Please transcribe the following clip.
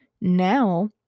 now